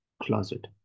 closet